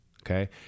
Okay